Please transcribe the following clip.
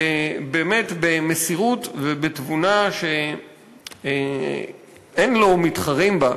שבאמת, במסירות ובתבונה שאין לו מתחרים בה,